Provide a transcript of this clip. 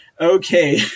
okay